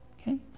Okay